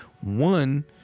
One